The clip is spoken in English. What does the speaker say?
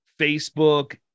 Facebook